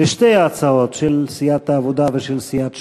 על שתי ההצעות, של סיעת העבודה ושל סיעת ש"ס,